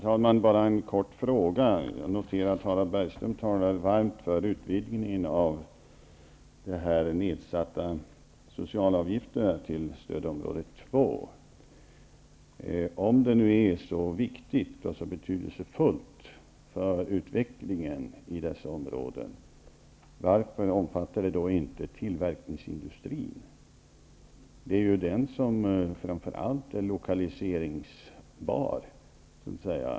Herr talman! Jag noterar att Harald Bergström talar varmt för utvidgningen av nedsättningen av socialavgifter till stödområde 2. Om detta är så viktigt och betydelsefullt för utvecklingen i dessa områden, varför omfattar detta inte tillverkningsindustrin? Det är den som är lokaliseringsbar.